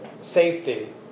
safety